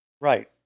Right